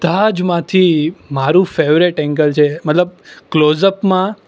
જ માંથી મારું ફેવરેટ એંગલ છે મતલબ ક્લોઝ અપમાં